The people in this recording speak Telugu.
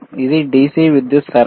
ఇది DC విద్యుత్ సరఫరా